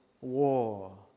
war